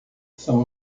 são